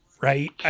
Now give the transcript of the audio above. right